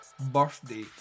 birthday